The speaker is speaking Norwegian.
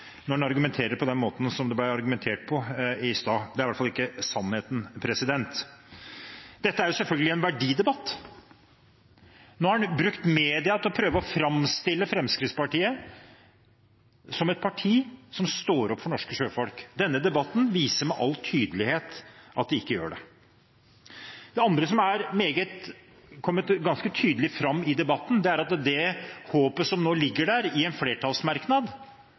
når man argumenterer på den måten som det ble gjort i sted. Det var i hvert fall ikke sannheten. Dette er selvfølgelig en verdidebatt. Man har brukt media til å prøve å framstille Fremskrittspartiet som et parti som står opp for norske sjøfolk. Denne debatten viser med all tydelighet at de ikke gjør det. Det andre som har kommet ganske tydelig fram i debatten, er at det håpet som ligger i en flertallsmerknad,